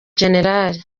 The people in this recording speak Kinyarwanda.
gen